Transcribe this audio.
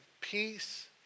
peace